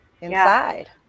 inside